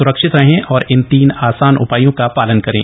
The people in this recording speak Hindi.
सुरक्षित रहें और इन तीन आसान उपायों का पालन करें